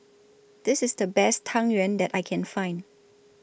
This IS The Best Tang Yuen that I Can Find